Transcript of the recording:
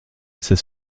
ces